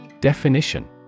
Definition